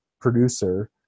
producer